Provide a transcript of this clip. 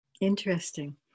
Interesting